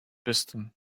piston